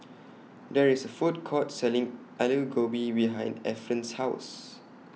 There IS A Food Court Selling Alu Gobi behind Efren's House